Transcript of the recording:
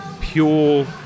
pure